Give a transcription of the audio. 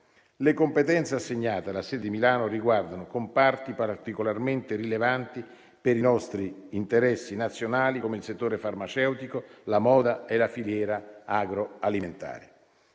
Le competenze assegnate alla sede di Milano riguardano comparti particolarmente rilevanti per i nostri interessi nazionali, come il settore farmaceutico, la moda e la filiera agroalimentare.